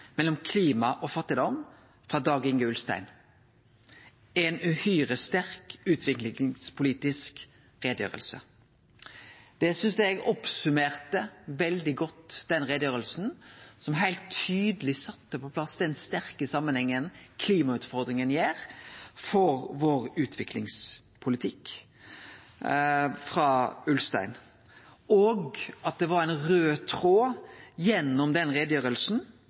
mellom #klima og #fattigdom frå @dagiulstein i dag. Uhyre sterk utviklingspolitisk redegjørelse.» Det synest eg oppsummerte veldig godt utgreiinga frå Ulstein, som heilt tydeleg sette på plass den sterke samanhengen det er mellom klimautfordringa og utviklingspolitikken vår. Det var ein raud tråd gjennom